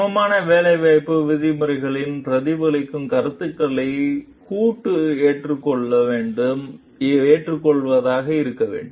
சமமான வேலை வாய்ப்பு விதிமுறைகளில் பிரதிபலிக்கும் கருத்துக்களை கூட்டு ஏற்றுக்கொள்வது இருக்க வேண்டும்